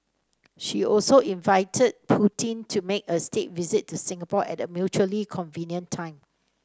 she also invited Putin to make a state visit to Singapore at a mutually convenient time